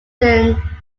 then